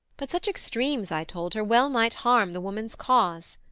but such extremes, i told her, well might harm the woman's cause.